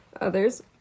others